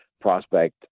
prospect